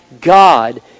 God